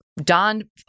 Don